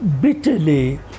bitterly